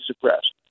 suppressed